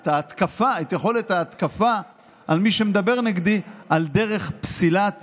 את יכולת ההתקפה על מי שמדבר נגדי על דרך פסילת